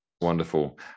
Wonderful